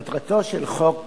מטרתו של חוק